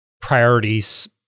priorities